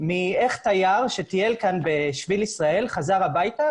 מאיך תייר שטייל כאן בשביל ישראל חזר הביתה,